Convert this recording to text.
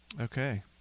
Okay